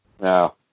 No